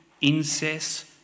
incest